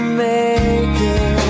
maker